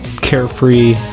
carefree